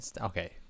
Okay